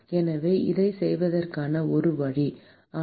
எனவே அதைச் செய்வதற்கான ஒரு வழி ஆனால்